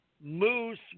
moose